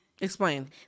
Explain